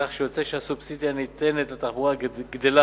כך שיוצא שהסובסידיה הניתנת לתחבורה גדלה